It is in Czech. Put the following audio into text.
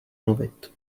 mluvit